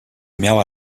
miała